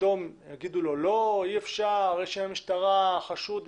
פתאום יגידו לו לא, אי אפשר, משטרה, חשוד וכולי.